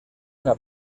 una